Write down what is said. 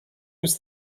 was